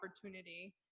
opportunity